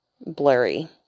blurry